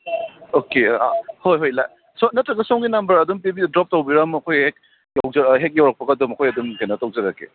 okay ꯍꯣꯏ ꯍꯣꯏ ꯅꯠꯇ꯭ꯔꯒ ꯁꯣꯝꯒꯤ ꯅꯝꯕꯔ ꯑꯗꯨꯝ ꯄꯤꯕꯤꯌꯣ ꯗ꯭ꯔꯣꯞ ꯇꯧꯕꯤꯔꯝꯃꯣ ꯑꯩꯈꯣꯏ ꯍꯦꯛ ꯌꯧꯖꯔꯛ ꯍꯦꯛ ꯌꯧꯔꯛꯄꯒ ꯛꯈꯣꯏ ꯑꯗꯨꯝ ꯀꯩꯅꯣꯇꯧꯖꯔꯛꯀꯦ